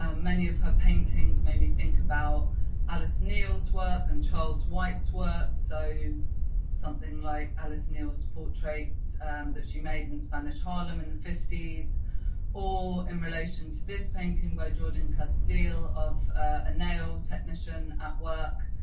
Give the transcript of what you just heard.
um many of her paintings made me think about alice neil's work and charles white s work, so something like alice neil's portraits that she made in spanish harlem in the fifty s or in relation to this painting by jordan casteel of a nail technician at work.